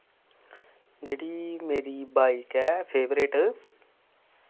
जेह्ड़ी मेरी बाइक ऐ फेवरेट